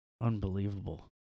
Unbelievable